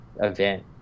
event